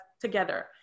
together